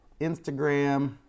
Instagram